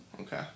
Okay